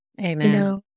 Amen